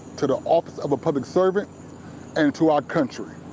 to the office of public servant and to our country.